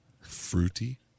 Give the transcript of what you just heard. fruity